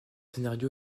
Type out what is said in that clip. scénario